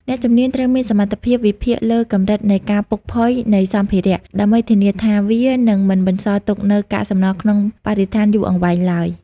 អ្នកជំនាញត្រូវមានសមត្ថភាពវិភាគលើកម្រិតនៃការពុកផុយ នៃសម្ភារៈ ដើម្បីធានាថាវានឹងមិនបន្សល់ទុកនូវកាកសំណល់ក្នុងបរិស្ថានយូរអង្វែងឡើយ។